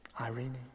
Irene